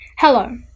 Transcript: Hello